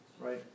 Right